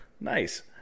Nice